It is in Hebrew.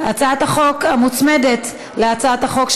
על הצעת החוק המוצמדת להצעת החוק,